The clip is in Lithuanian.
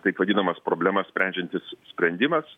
taip vadinamas problemas sprendžiantis sprendimas